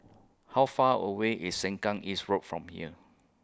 How Far away IS Sengkang East Road from here